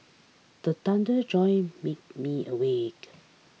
the thunder jolt me me awake